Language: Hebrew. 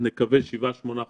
שבעה-שמונה חודשים,